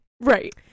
Right